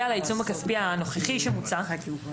כיום המנגנון של קיזוז כספים,